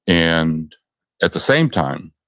and at the same time,